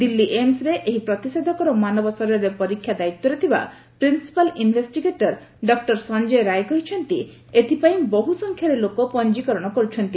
ଦିଲ୍ଲୀ ଏମ୍ସରେ ଏହି ପ୍ରତିଶେଧକର ମାନବ ଶରୀରରେ ପରୀକ୍ଷା ଦାୟିତ୍ୱରେ ଥିବା principal investigator doctor Sanjay Rai କହିଛନ୍ତି ଏଥିପାଇଁ ବହୁ ସଂଖ୍ୟାରେ ଲୋକ ପଞ୍ଜିକରଣ କରୁଛନ୍ତି